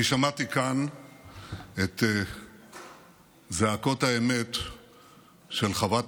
אני שמעתי כאן את זעקות האמת של חברת